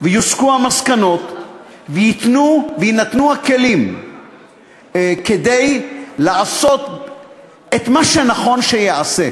יוסקו המסקנות ויינתנו הכלים כדי לעשות את מה שנכון שייעשה,